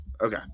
okay